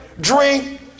drink